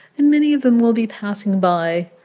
and many of them will be passing by,